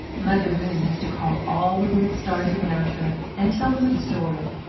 mother moon used to call all the little stars around her and tell them a story.